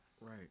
Right